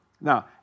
Now